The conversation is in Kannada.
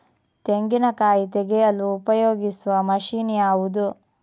ತೆಂಗಿನಕಾಯಿ ತೆಗೆಯಲು ಉಪಯೋಗಿಸುವ ಮಷೀನ್ ಯಾವುದು?